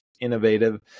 innovative